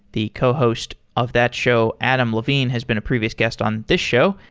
the cohost of that show, adam levine, has been a previous guest on this show,